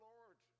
Lord